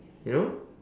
you know